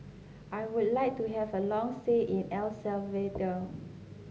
I would like to have a long say in El Salvador